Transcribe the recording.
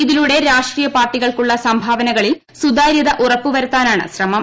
ഇതിലൂടെ രാഷ്ട്രീയ പാർട്ടികൾക്കുള്ള സംഭാവനകളിൽ സുതാര്യത ഉറപ്പുവരുത്താനാണ് ശ്രമം